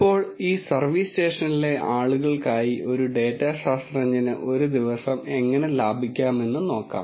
ഇപ്പോൾ ഈ സർവീസ് സ്റ്റേഷനിലെ ആളുകൾക്കായി ഒരു ഡാറ്റ ശാസ്ത്രജ്ഞന് ഒരു ദിവസം എങ്ങനെ ലാഭിക്കാമെന്ന് നോക്കാം